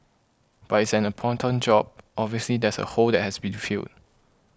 but it's an important job obviously there's a hole that has to be to filled